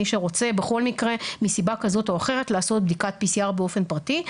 מי שרוצה בכל מקרה מסיבה כזאת או אחרת לעשות בדיקת PCR באופן פרטי,